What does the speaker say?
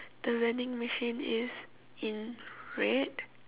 the vending machine is in red